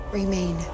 remain